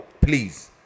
please